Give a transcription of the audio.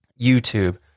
YouTube